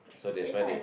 so that why they